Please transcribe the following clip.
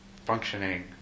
Functioning